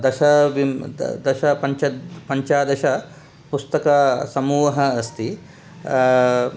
दशाविं द दश पञ्च पञ्चादश पुस्तकसमूहः अस्ति